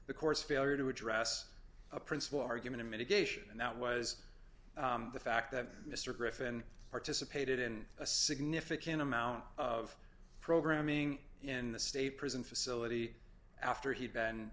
the course failure to address a principal argument in mitigation and that was the fact that mr griffin participated in a significant amount of programming in the state prison facility after he'd been